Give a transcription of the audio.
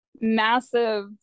massive